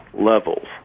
levels